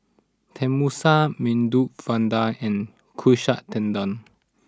Tenmusu Medu Vada and Katsu Tendon